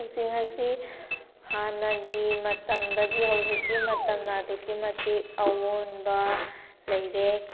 ꯀꯛꯆꯤꯡ ꯑꯁꯤ ꯍꯥꯟꯅꯒꯤ ꯃꯇꯝꯗꯒꯤ ꯍꯧꯖꯤꯛꯀꯤ ꯃꯇꯝꯅ ꯑꯗꯨꯛꯀꯤ ꯃꯇꯤꯛ ꯑꯑꯣꯟꯕ ꯂꯩꯔꯦ